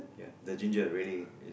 ya the ginger really is